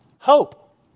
Hope